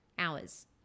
hours